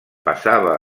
passava